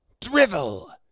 Drivel